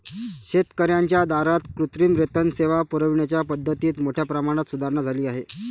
शेतकर्यांच्या दारात कृत्रिम रेतन सेवा पुरविण्याच्या पद्धतीत मोठ्या प्रमाणात सुधारणा झाली आहे